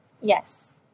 Yes